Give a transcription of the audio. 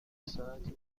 ساعتی